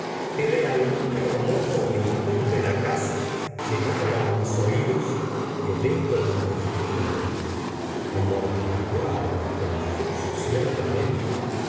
de algún remoto rincón de la casa llegaba a mis oídos el eco indistinto amortiguado y confuso ciertamente